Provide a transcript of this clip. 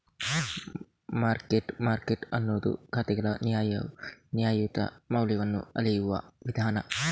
mark to market ಅನ್ನುದು ಖಾತೆಗಳ ನ್ಯಾಯಯುತ ಮೌಲ್ಯವನ್ನ ಅಳೆಯುವ ವಿಧಾನ